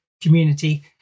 community